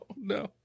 no